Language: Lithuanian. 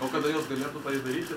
o kada jos galėtų tai daryti